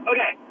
Okay